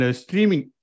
streaming